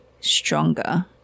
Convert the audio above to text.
stronger